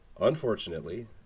Unfortunately